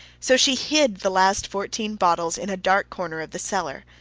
so she hid the last fourteen bottles in a dark corner of the cellar.